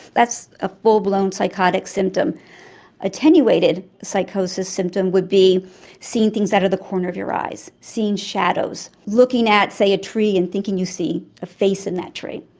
that's a full-blown psychotic symptom. an attenuated psychosis symptom would be seeing things out of the corner of your eyes, seeing shadows, looking at, say, a tree and thinking you see a face in that tree.